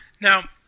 Now